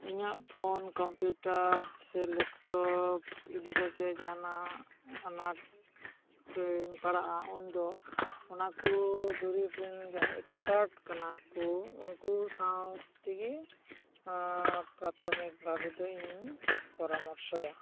ᱤᱧᱟᱹᱜ phone computer ᱥᱮ laptop ᱤᱫᱤ ᱠᱟᱛᱮᱫ ᱡᱟᱦᱟᱸᱱᱟᱜ ᱟᱱᱟᱴ ᱨᱤᱧ ᱯᱟᱲᱟᱜᱼᱟ ᱩᱱ ᱫᱚ ᱚᱱᱟ ᱠᱚ ᱫᱩᱨᱤᱵᱽ ᱨᱮᱱ ᱡᱟᱦᱟᱸᱭ ᱮᱠᱥᱯᱟᱨᱴ ᱠᱟᱱᱟᱠᱚ ᱩᱱᱠᱩ ᱥᱟᱶ ᱛᱮᱜᱮ ᱯᱨᱟᱛᱷᱚᱢᱤᱠ ᱵᱷᱟᱵᱮ ᱫᱚᱧ ᱯᱚᱨᱟ ᱢᱚᱨᱥᱚᱭᱟ